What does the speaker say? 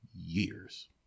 Years